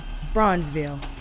Bronzeville